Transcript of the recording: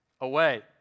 away